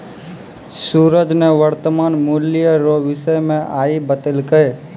सूरज ने वर्तमान मूल्य रो विषय मे आइ बतैलकै